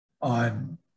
on